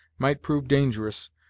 might prove dangerous,